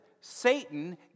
Satan